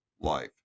life